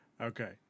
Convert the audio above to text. Okay